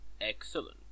Excellent